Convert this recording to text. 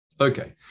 Okay